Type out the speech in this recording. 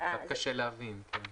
קצת קשה להבין את זה.